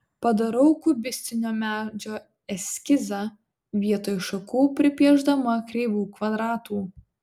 padarau kubistinio medžio eskizą vietoj šakų pripiešdama kreivų kvadratų